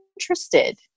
interested